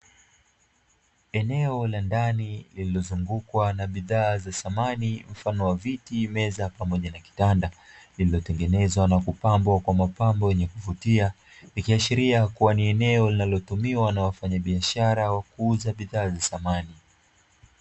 Eneo la ndani lililozungukwa na bidhaa za samani mfano wa viti, meza pamoja na kitanda, vilivyotengenezwa na kupambwa kwa mapambo yenye kuvutia; ikiashiria kuwa ni eneo linalotumiwa na wafanyabiashara wa kuuza bidhaa za samani.